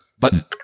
button